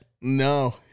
No